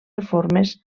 reformes